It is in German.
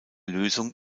lösung